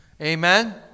Amen